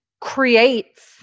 creates